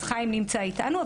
אז חיים נמצא איתנו.